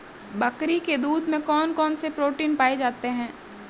बकरी के दूध में कौन कौनसे प्रोटीन पाए जाते हैं?